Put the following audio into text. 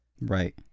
right